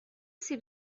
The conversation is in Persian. سیب